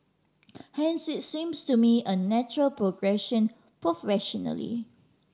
hence it's seems to me a natural progression professionally